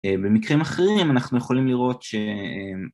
במקרים אחרים אנחנו יכולים לראות ש...